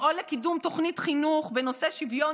לפעול לקידום תוכנית חינוך בנושא שוויון